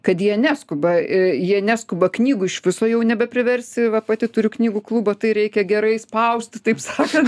kad jie neskuba i jie neskuba knygų iš viso jau nebepriversi va pati turiu knygų klubą tai reikia gerai spausti taip sakant